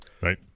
Right